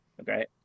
Okay